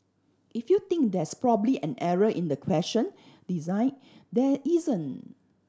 if you think there's probably an error in the question design there isn't